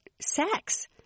sex